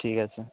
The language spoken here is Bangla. ঠিক আছে